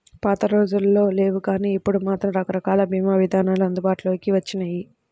పాతరోజుల్లో లేవుగానీ ఇప్పుడు మాత్రం రకరకాల భీమా ఇదానాలు అందుబాటులోకి వచ్చినియ్యి